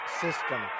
system